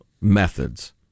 methods